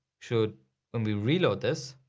should and we reload this?